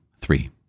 three